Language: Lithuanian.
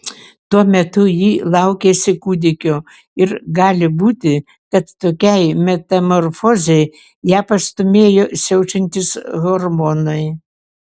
tuo metu ji laukėsi kūdikio ir gali būti kad tokiai metamorfozei ją pastūmėjo siaučiantys hormonai